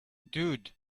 dude